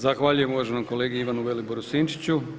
Zahvaljujem uvaženom kolegi Ivanu Viliboru Sinčiću.